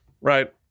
right